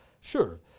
Sure